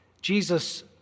Jesus